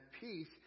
peace